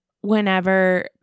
whenever